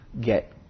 get